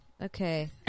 Okay